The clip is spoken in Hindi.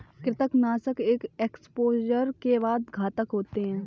कृंतकनाशक एक एक्सपोजर के बाद घातक होते हैं